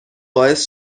باعث